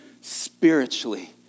spiritually